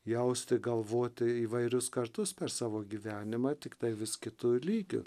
jausti galvoti įvairius kartus per savo gyvenimą tiktai vis kitu lygiu